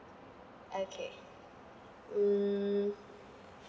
okay mm